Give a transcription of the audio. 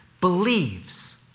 believes